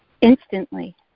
instantly